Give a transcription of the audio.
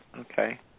Okay